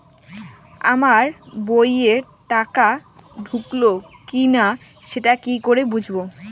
আমার বইয়ে টাকা ঢুকলো কি না সেটা কি করে বুঝবো?